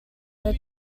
are